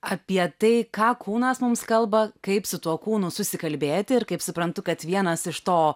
apie tai ką kūnas mums kalba kaip su tuo kūnu susikalbėti ir kaip suprantu kad vienas iš to